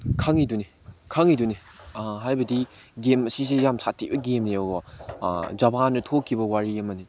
ꯈꯪꯉꯤꯗꯨꯅꯤ ꯈꯪꯉꯗꯨꯅꯤ ꯍꯥꯏꯕꯗꯤ ꯒꯦꯝ ꯑꯁꯤꯁꯦ ꯌꯥꯝ ꯁꯥꯊꯤꯕ ꯒꯦꯝꯅꯦꯕꯀꯣ ꯖꯄꯥꯟꯗ ꯊꯣꯛꯈꯤꯕ ꯋꯥꯔꯤ ꯑꯃꯅꯤ